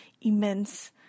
immense